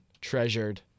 treasured